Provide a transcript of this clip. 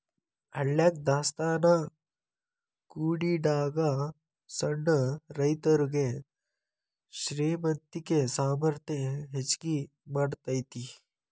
ಹಳ್ಯಾಗ ದಾಸ್ತಾನಾ ಕೂಡಿಡಾಗ ಸಣ್ಣ ರೈತರುಗೆ ಶ್ರೇಮಂತಿಕೆ ಸಾಮರ್ಥ್ಯ ಹೆಚ್ಗಿ ಮಾಡತೈತಿ